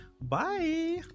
Bye